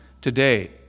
today